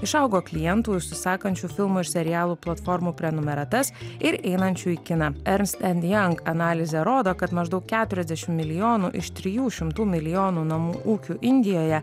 išaugo klientų užsisakančių filmų ir serialų platformų prenumeratas ir einančių į kiną ernst endijank analizė rodo kad maždaug ketuirasdešim milijonų iš trijų šimtų milijonų namų ūkių indijoje